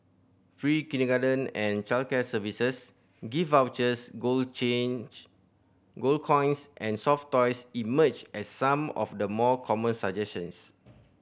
free kindergarten and childcare services gift vouchers gold change gold coins and soft toys emerged as some of the more common suggestions